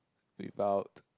without